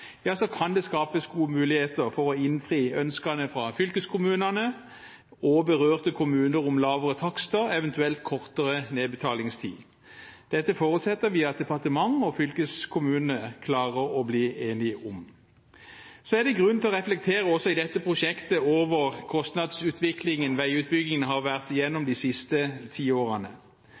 kan det skapes gode muligheter for å innfri ønskene fra fylkeskommunene og berørte kommuner om lavere takster, eventuelt kortere nedbetalingstid. Dette forutsetter vi at departementet og fylkeskommunene klarer å bli enige om. Så er det grunn til å reflektere også i dette prosjektet over kostnadsutviklingen som veiutbyggingen har vært igjennom de siste ti årene.